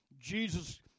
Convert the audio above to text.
Jesus